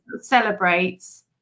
celebrates